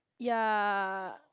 ya